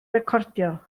recordio